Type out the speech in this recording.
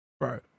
Right